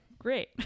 great